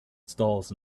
stalls